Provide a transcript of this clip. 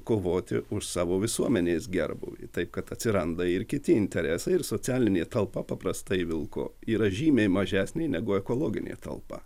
kovoti už savo visuomenės gerbūvį taip kad atsiranda ir kiti interesai ir socialinė talpa paprastai vilko yra žymiai mažesnė negu ekologinė talpa